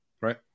Right